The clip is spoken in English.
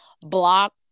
block